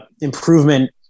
improvement